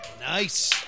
Nice